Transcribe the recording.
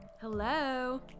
Hello